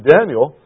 Daniel